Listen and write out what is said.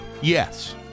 Yes